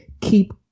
Keep